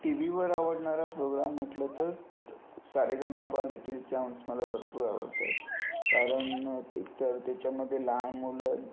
T व्हीवर आवडणारा programme म्हटलं तर सारेगमपा लिटिल चॅम्प्स मला भरपूर आवडतं कारण एकतर त्याच्यामध्ये लहान मुलं